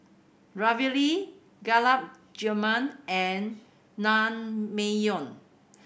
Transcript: Ravioli Gulab Jamun and Naengmyeon